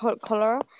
Cholera